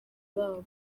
babo